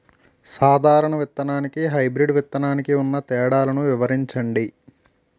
సాధారణ విత్తననికి, హైబ్రిడ్ విత్తనానికి ఉన్న తేడాలను వివరించండి?